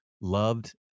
loved